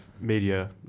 media